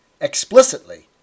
explicitly